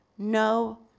No